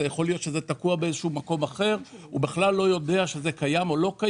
יכול להיות שזה תקוע במקום אחר; הוא בכלל לא יודע אם זה קיים או לא,